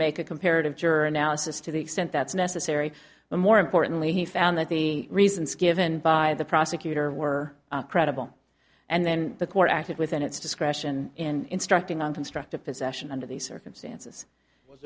make a comparative juror analysis to the extent that's necessary but more importantly he found that the reasons given by the prosecutor were credible and then the court acted within its discretion in starting on constructive possession under these circumstances